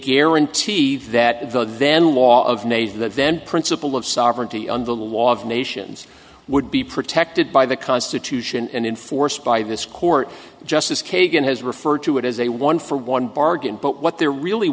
guarantee that the then law of nature that then principle of sovereignty and the law of nations would be protected by the constitution and enforced by this court justice kagan has referred to it as a one for one bargain but what there really